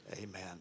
amen